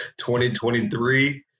2023